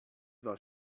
war